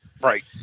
Right